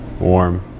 warm